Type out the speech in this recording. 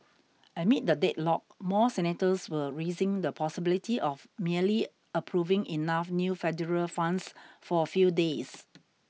amid the deadlock more senators were raising the possibility of merely approving enough new federal funds for a few days